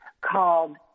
called